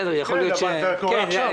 כן, זה קורה עכשיו.